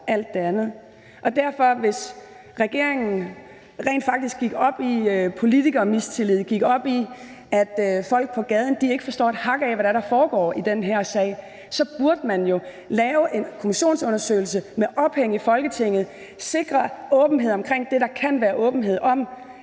til politikere, gik op i, at folk på gaden ikke forstår et hak af, hvad det er, der foregår i den her sag, burde man jo lave en kommissionsundersøgelse med ophæng i Folketinget og sikre åbenhed omkring det, der kan være åbenhed om.